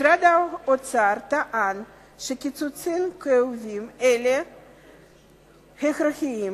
משרד האוצר טען שקיצוצים כאובים אלה הכרחיים,